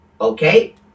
Okay